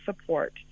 support